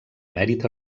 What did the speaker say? mèrit